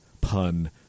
pun